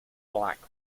black